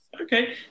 Okay